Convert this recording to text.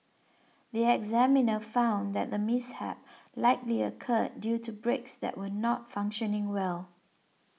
the examiner found that the mishap likely occurred due to brakes that were not functioning well